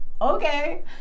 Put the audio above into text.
okay